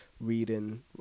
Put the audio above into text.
reading